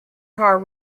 car